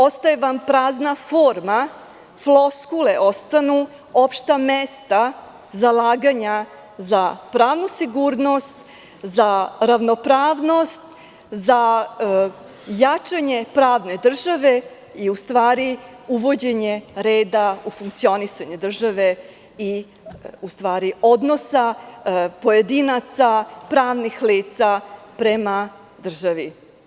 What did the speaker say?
Ostaje vam prazna forma, floskule ostanu, opšta mesta zalaganja za pravnu sigurnost, za ravnopravnost, za jačanje pravne države i uvođenje reda u funkcionisanje države i odnosa pojedinaca, pravnih lica prema državi.